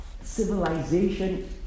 civilization